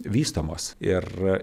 vystomos ir